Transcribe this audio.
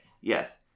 yes